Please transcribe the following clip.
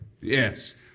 Yes